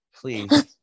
please